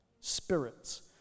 Spirits